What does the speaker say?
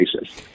basis